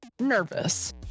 nervous